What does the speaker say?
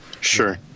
sure